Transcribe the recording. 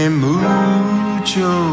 mucho